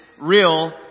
real